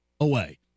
away